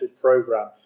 program